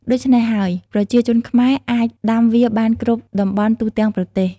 ដូច្នេះហើយ ប្រជាជនខ្មែរអាចដាំវាបានគ្រប់តំបន់ទូទាំងប្រទេស។